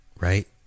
Right